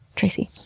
tracy.